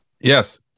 yes